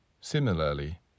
Similarly